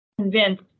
convinced